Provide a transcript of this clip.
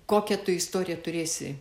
kokią tu istoriją turėsi